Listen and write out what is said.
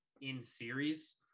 in-series